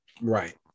right